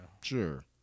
sure